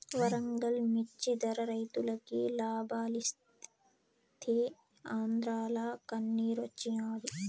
వరంగల్ మిచ్చి ధర రైతులకి లాబాలిస్తీ ఆంద్రాల కన్నిరోచ్చినాది